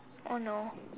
oh no